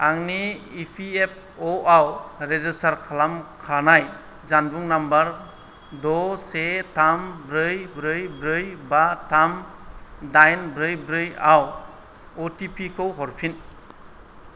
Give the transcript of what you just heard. आंनि E P F O आव register खालामखानाय जानबुं नम्बर द' से थाम ब्रै ब्रै ब्रै बा थाम दाइन ब्रै ब्रै आव अ टि पि खौ हरफिन